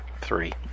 Three